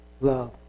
love